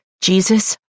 Jesus